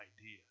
idea